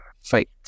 fight